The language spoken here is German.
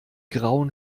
grauen